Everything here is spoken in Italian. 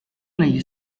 negli